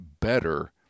better